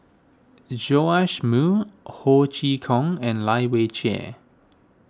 Joash Moo Ho Chee Kong and Lai Weijie